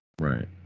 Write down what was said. Right